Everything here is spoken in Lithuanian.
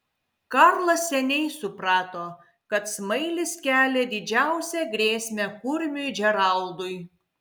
karlas seniai suprato kad smailis kelia didžiausią grėsmę kurmiui džeraldui